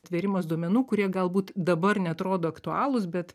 atvėrimas duomenų kurie galbūt dabar neatrodo aktualūs bet